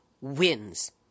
wins